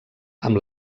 amb